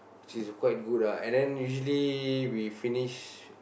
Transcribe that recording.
which is quite good ah and then usually we finish